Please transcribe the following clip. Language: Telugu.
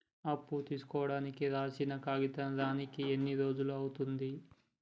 అప్పు తీసుకోనికి రాసిన కాగితం రానీకి ఎన్ని రోజులు అవుతది?